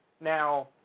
Now